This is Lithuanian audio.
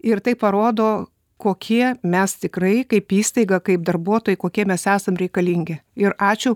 ir tai parodo kokie mes tikrai kaip įstaiga kaip darbuotojai kokie mes esam reikalingi ir ačiū